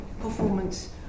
performance